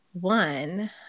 One